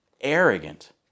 arrogant